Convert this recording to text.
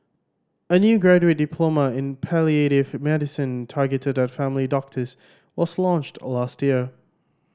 a new graduate diploma in palliative medicine targeted at family doctors was launched last year